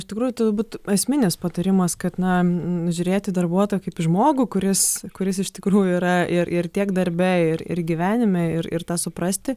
iš tikrųjų turbūt esminis patarimas kad na žiūrėti į darbuotoją kaip žmogų kuris kuris iš tikrųjų yra ir ir tiek darbe ir ir gyvenime ir ir tą suprasti